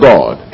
God